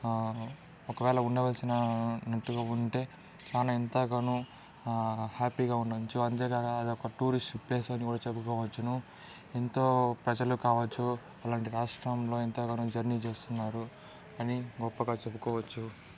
ఒకవేళ ఉండవలసిన ఉన్నట్టుగా ఉంటే తాను ఎంతగానో హ్యాపీ గా ఉండొచ్చు అంతేకాక అది ఒక టూరిస్ట్ ప్లేస్ అని కూడా చెప్పుకోవచ్చును ఎంతో ప్రజలు కావచ్చు అలాంటి రాష్ట్రంలో ఎంతగానో జర్నీ చేస్తున్నారు అని గొప్పగా చెప్పుకోవచ్చు